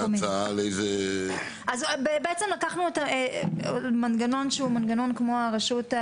אז לקחנו את המנגנון שהוא כמו המנגנון של